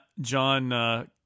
john